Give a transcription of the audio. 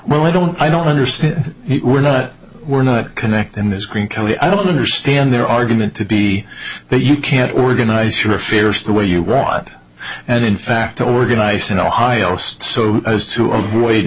well i don't i don't understand we're not we're not connecting this green kelly i don't understand their argument to be that you can't organize your fears the way you rot and in fact organize in ohio so as to avoid